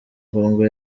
kongo